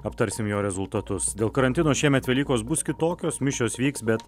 aptarsim jo rezultatus dėl karantino šiemet velykos bus kitokios mišios vyks bet